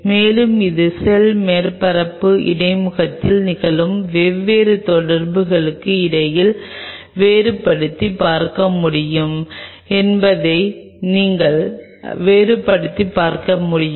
நான் இந்த 2 பற்றி பேசினேன் இப்போது ஒரு இயற்கை மூலக்கூறு பற்றி பேசலாம்